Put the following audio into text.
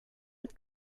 mit